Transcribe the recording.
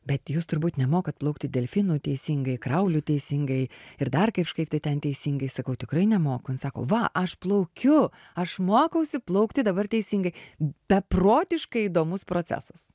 bet jūs turbūt nemokat plaukti delfinu teisingai krauliu teisingai ir dar kažkaip tai ten teisingai sakau tikrai nemoku jin sako va aš plaukiu aš mokausi plaukti dabar teisingai beprotiškai įdomus procesas